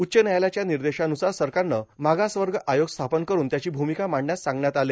उच्च न्यायालयाच्या निर्देशानुसार सरकारनं मागास वर्ग आयोग स्थापन कठन त्यांची भूमिका मांडण्यास सांगण्यात आलं